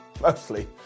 mostly